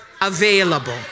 available